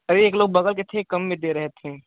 अभी एक लोग बबल के थे कम में दे रहे थे